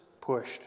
pushed